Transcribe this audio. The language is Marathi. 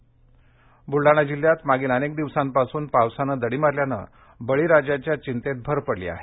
बलडाणा पाऊस् बुलडाणा जिल्ह्यात मागील अनेक दिवसांपासून पावसानं दडी मारल्यानं बळीराजाच्या चिंतेत भर पडली आहे